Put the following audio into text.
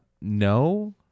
no